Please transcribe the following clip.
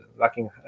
lacking